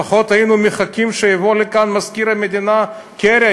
לפחות היינו מחכים שיבוא לכאן מזכיר המדינה קרי,